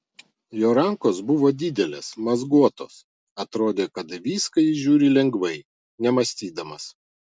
jo rankos buvo didelės mazguotos atrodė kad į viską jis žiūri lengvai nemąstydamas